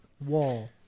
wall